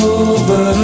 over